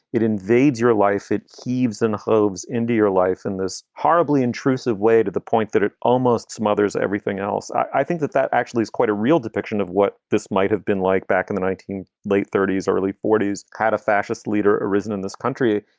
it invades your life. it heaves and holds into your life in this horribly intrusive way to the point that it almost smothers everything else. i think that that actually is quite a real depiction of what this might have been like back in the nineteen late thirties or early forties had a fascist leader arisen in this country.